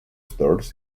stores